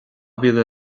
mhíle